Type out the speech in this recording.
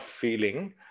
feeling